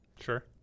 Sure